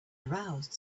aroused